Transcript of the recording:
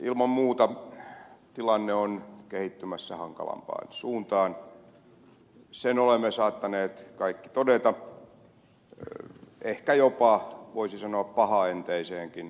ilman muuta tilanne on kehittymässä hankalampaan suuntaan sen olemme saattaneet kaikki todeta ehkä jopa voisi sanoa pahaenteiseenkin suuntaan